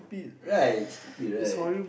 right stupid right